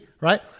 right